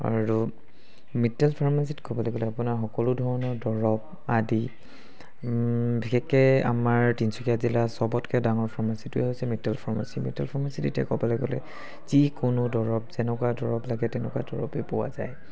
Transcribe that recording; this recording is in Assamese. আৰু মিট্টল ফাৰ্মাচিত ক'বলৈ গ'লে আপোনাৰ সকলো ধৰণৰ দৰৱ আদি বিশেষকৈ আমাৰ তিনিচুকীয়া জিলাৰ চবতকৈ ডাঙৰ ফাৰ্মাচিটোৱে হৈছে মিট্টল ফাৰ্মাচি মিট্টল ফাৰ্মাচিত এতিয়া ক'বলৈ গ'লে যিকোনো দৰৱ যেনেকুৱা দৰৱ লাগে তেনেকুৱা দৰৱে পোৱা যায়